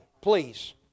please